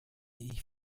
ich